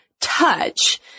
touch